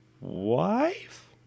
wife